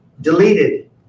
deleted